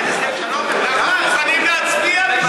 בעד הסכם שלום ובעד, אנחנו מוכנים להצביע בשבילו.